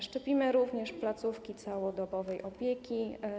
Szczepimy również w placówkach całodobowej opieki.